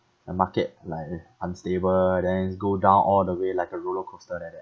the market like unstable then go down all the way like a roller coaster like that